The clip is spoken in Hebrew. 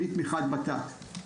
בלי תמיכת ות"ת.